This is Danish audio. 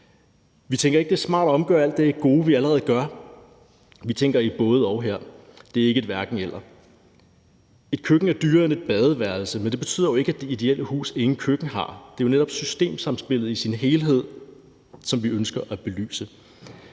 Vi tænker ikke, det er smart at omgøre alt det gode, vi allerede gør; vi tænker i både-og her, det er ikke et hverken-eller. Et køkken er dyrere end et badeværelse, men det betyder jo ikke, at det ideelle hus intet køkken har. Det er jo netop systemsamspillet i sin helhed, som vi ønsker at belyse.